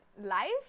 life